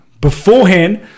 Beforehand